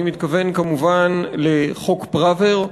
אני מתכוון, כמובן, לחוק פראוור.